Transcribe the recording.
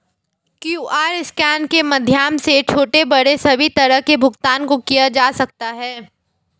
QR scan के माध्यम से छोटे बड़े सभी तरह के भुगतान को किया जा सकता है